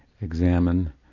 examine